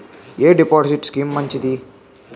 ఎ deposit scheme మంచిది?